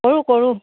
কৰোঁ কৰোঁ